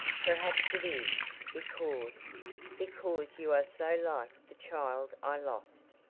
perhaps it is because because you are so like the child i lost.